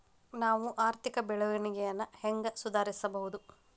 ನಾವು ಆರ್ಥಿಕ ಬೆಳವಣಿಗೆಯನ್ನ ಹೆಂಗ್ ಸುಧಾರಿಸ್ಬಹುದ್?